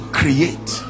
create